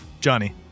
johnny